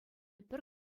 пӗр